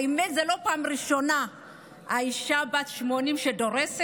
האמת היא שזאת לא פעם ראשונה שהאישה בת ה-80 דורסת.